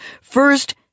first